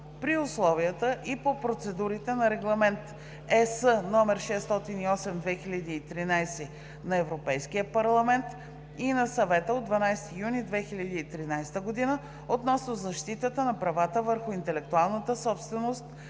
при условията и по процедурите на Регламент (ЕС) № 608/2013 на Европейския парламент и на Съвета от 12 юни 2013 г. относно защитата на правата върху интелектуалната собственост,